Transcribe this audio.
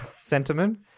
sentiment